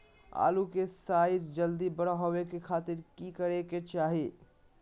आलू के साइज जल्दी बड़ा होबे के खातिर की करे के चाही?